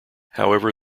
however